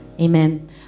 Amen